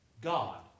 God